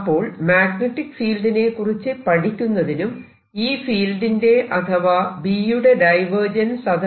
അപ്പോൾ മാഗ്നെറ്റിക് ഫീൽഡിനെക്കുറിച്ച് പഠിക്കുന്നതിനും ഈ ഫീൽഡിന്റെ അഥവാ B യുടെ ഡൈവേർജൻസ് അഥവാ